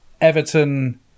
Everton